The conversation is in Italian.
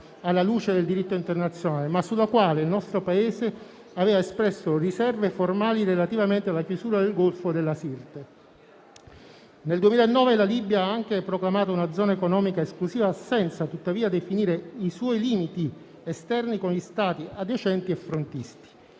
alla luce del diritto internazionale, ma sulla quale il nostro Paese aveva espresso riserve formali relativamente alla chiusura del golfo della Sirte. Nel 2009 la Libia ha anche proclamato una zona economica esclusiva senza, tuttavia, definire i suoi limiti esterni con gli Stati adiacenti e frontisti.